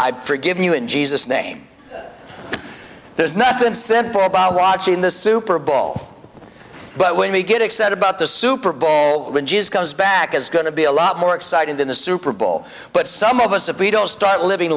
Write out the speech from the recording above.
i've forgiven you in jesus name there's nothing simple about watching the super bowl but when we get excited about the super bowl when jesus comes back is going to be a lot more exciting than the super bowl but some of us if we don't start living